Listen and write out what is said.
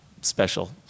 special